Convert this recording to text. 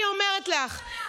אני אומרת לך,